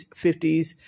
50s